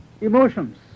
emotions